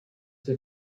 sie